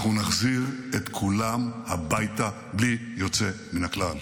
אנחנו נחזיר את כולם הביתה בלי יוצא מן הכלל.